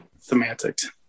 Semantics